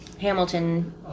Hamilton